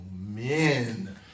men